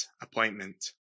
appointment